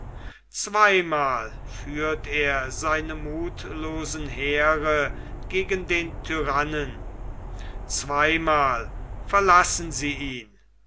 zweimal führt er seine muthlosen heere gegen den tyrannen zweimal verlassen sie ihn